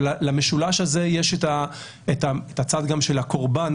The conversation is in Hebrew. אבל במשולש הזה יש גם את הצד של הקורבן,